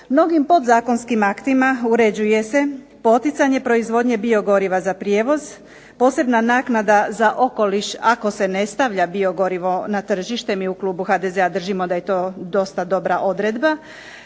Mnogim podzakonskim aktima uređuje se poticanje proizvodnja biogoriva za prijevoz, posebna naknada za okoliš ako se ne stavlja biogorivo na tržište, mi u klubu HDZ-a držimo da je to dosta dobra odredba,